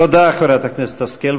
תודה, חברת הכנסת השכל.